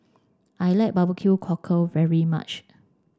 I like barbecue cockle very much